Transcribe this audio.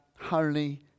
Holy